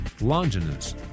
Longinus